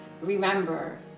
remember